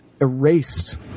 erased